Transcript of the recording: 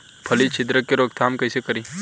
फली छिद्रक के रोकथाम कईसे करी?